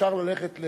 שאפשר ללכת,